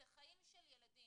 זה חיים של ילדים,